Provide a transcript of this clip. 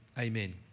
amen